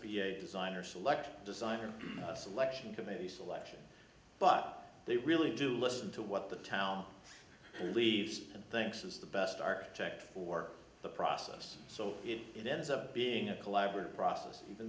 p a design or selection design or selection committee selection but they really do listen to what the tao who leaves and thinks is the best architect for the process so it ends up being a collaborative process even